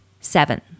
Seven